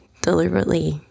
deliberately